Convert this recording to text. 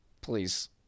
Please